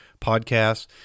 podcasts